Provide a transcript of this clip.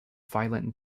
violent